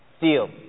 Deal